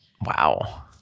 Wow